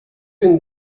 been